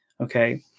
okay